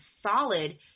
solid